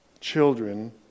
children